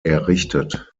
errichtet